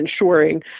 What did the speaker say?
ensuring